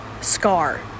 scar